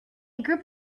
group